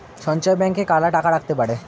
সঞ্চয় ব্যাংকে কারা টাকা রাখতে পারে?